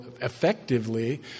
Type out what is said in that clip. effectively